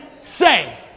say